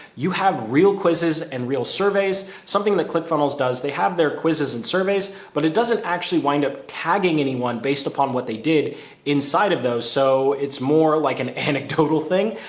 you have real quizzes and real surveys, something that click funnels does, they have their quizzes and surveys, but it doesn't actually wind up tagging anyone based upon what they did inside of those. so it's more like an anecdotal thing.